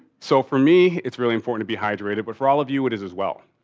so for me, it's really important to be hydrated. but for all of you it is as well.